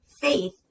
faith